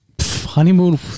Honeymoon